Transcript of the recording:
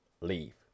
leave